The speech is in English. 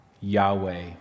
Yahweh